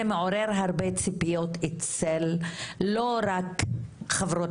זה מעורר הרבה ציפיות לא רק אצל חברות